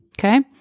Okay